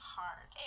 hard